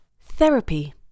Therapy